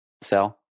sell